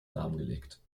lahmgelegt